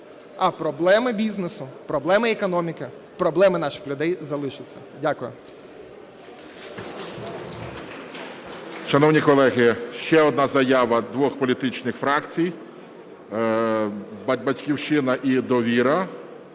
а проблеми бізнесу, проблеми економіки, проблеми наших людей залишаться. Дякую.